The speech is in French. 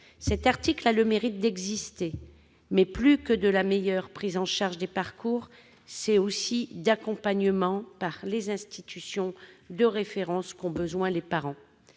Cet article a le mérite d'exister. En plus d'une meilleure prise en charge des parcours, c'est aussi d'accompagnement par les institutions de référence que les parents